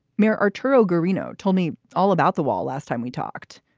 mayor arturo guarino told me all about the wall last time we talked.